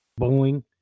Boeing